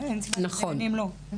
אין סיבה שדיינים לא.